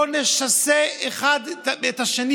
לא נשסה את האחד בשני.